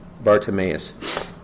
Bartimaeus